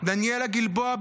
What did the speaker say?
דניאלה גלבוע,